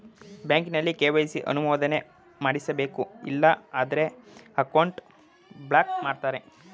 ಬ್ಯಾಂಕಲ್ಲಿ ಕೆ.ವೈ.ಸಿ ಅನುಮೋದನೆ ಮಾಡಿಸಬೇಕು ಇಲ್ಲ ಅಂದ್ರೆ ಅಕೌಂಟ್ ಬ್ಲಾಕ್ ಮಾಡ್ತಾರೆ